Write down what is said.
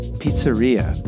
pizzeria